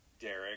Derek